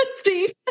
Steve